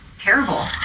terrible